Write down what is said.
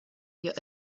your